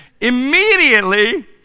Immediately